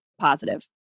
positive